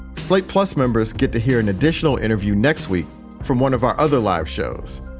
slate plus members get to hear an additional interview next week from one of our other live shows.